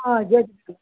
ಹಾಂ